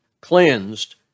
cleansed